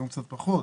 היום קצת פחות,